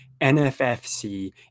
NFFC